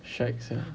shag sia